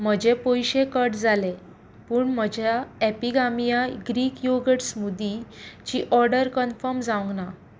म्हजे पयशे कट जाले पूण म्हज्या ऍपिगामिया ग्रीक योगर्ट स्मूदीची ऑर्डर कन्फर्म जावंक ना